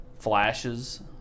flashes